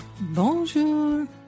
Bonjour